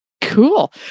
Cool